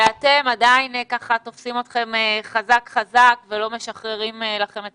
ואתכם תופסים חזק ולא משחררים לכם את